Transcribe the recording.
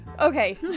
Okay